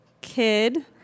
Kid